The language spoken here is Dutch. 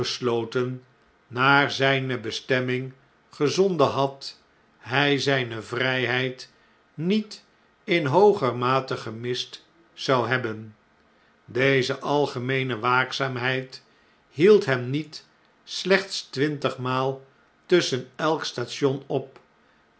naar zjjne bestemming gezonden had hjj zjjne vrjjheid niet in hooger mate gemist zou hebben deze algemeene waakzaamheid hield hem niet slechts twintigmaal tusschen elk station op